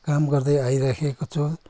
काम गर्दै आइरहेको छु